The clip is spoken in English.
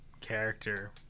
character